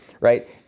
right